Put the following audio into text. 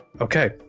Okay